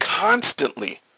Constantly